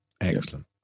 Excellent